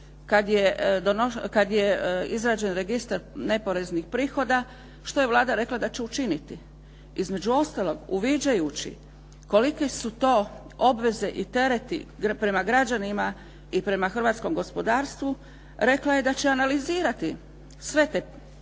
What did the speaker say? kada je izrađen registar neporeznih prihoda što je Vlada rekla da će učiniti. Između ostaloga, uviđajući kolike su to obveze i tereti prema građanima i prema hrvatskom gospodarstvu rekla je da će analizirati sve te